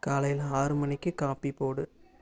காலையில ஆறு மணிக்கு காபி போடு